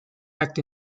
act